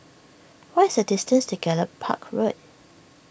what is the distance to Gallop Park Road